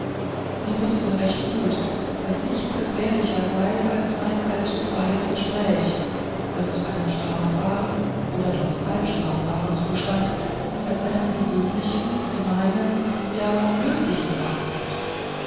sie wußte recht gut daß nichts gefährlicher sei als ein allzufreies gespräch das einen strafbaren oder halbstrafbaren zustand als einen gewöhnlichen gemeinen ja löblichen behandelt